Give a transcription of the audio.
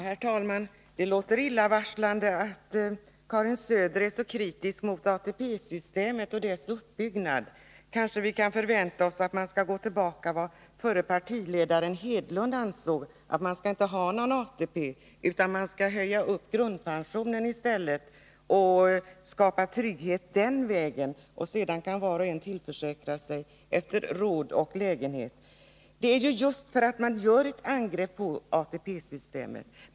Herr talman! Det låter illavarslande att Karin Söder är så kritisk mot ATP-systemet och dess uppbyggnad. Kanske vi kan förvänta oss att man skall gå tillbaka till vad förre partiledaren Gunnar Hedlund sade, att man inte skall ha någon ATP utan i stället skall höja grundpensionen och skapa trygghet den vägen. Och sedan kan var och en tillförsäkra sig trygghet efter råd och lägenhet. Det är just för att ni vill göra ett angrepp på ATP-systemet som vi är kritiska.